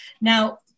Now